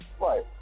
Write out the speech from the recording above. Right